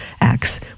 Acts